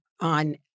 on